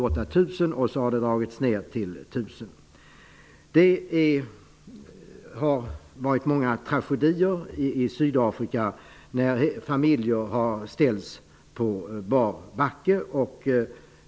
Sedan har det antalet alltså dragits ner till 1 000. Många tragedier har utspelats i Sydafrika när familjer ställts på bar backe.